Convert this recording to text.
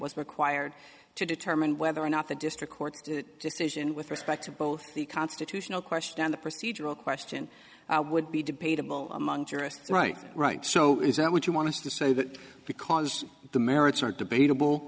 was required to determine whether or not the district court decision with respect to both the constitutional question and the procedural question would be debatable among tourists right right so is that would you want to say that because the merits are debatable